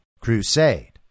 crusade